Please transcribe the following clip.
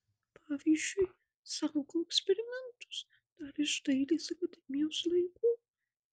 pavyzdžiui saugau eksperimentus dar iš dailės akademijos laikų